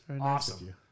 awesome